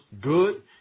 good